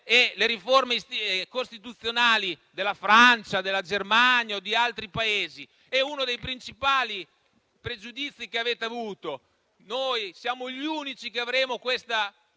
le riforme costituzionali della Francia, della Germania o di altri Paesi. Uno dei principali pregiudizi che avete avuto è quello di dire che noi siamo gli unici che avremo questa